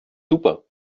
super